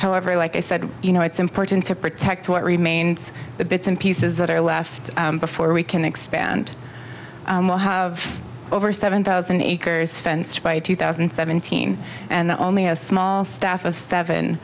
however like i said you know it's important to protect what remains the bits and pieces that are left before we can expand we'll have over seven thousand acres fenced by two thousand and seventeen and the only a small staff of seven